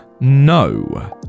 No